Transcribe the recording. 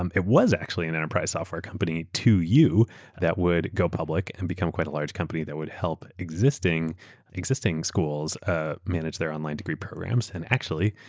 um it was actually an enterprise software company to you that would go public and become quite a large company that would help existing existing schools ah manage their online degree programs. and actually,